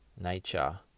nature